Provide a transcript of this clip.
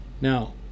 Now